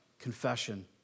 confession